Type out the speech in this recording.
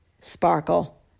sparkle